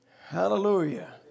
Hallelujah